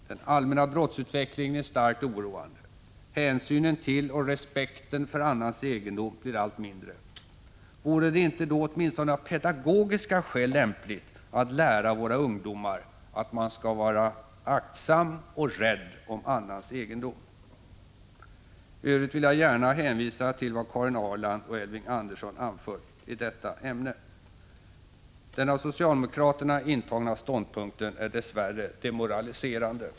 Den allmänna brottsutvecklingen är starkt oroande. Hänsynen till och respekten för annans egendom blir allt mindre. Vore det inte då åtminstone av pedagogiska skäl lämpligt att lära våra ungdomar att man skall vara aktsam och rädd om annans egendom? I övrigt vill jag gärna hänvisa till vad Karin Ahrland och Elving Andersson har anfört i detta ämne. Den av socialdemokraterna intagna ståndpunkten är dess värre demoraliserande.